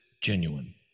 genuine